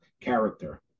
character